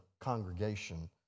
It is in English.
congregation